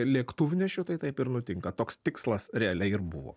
lėktuvnešiu tai taip ir nutinka toks tikslas realiai ir buvo